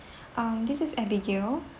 um this is abigail